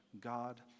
God